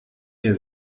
mir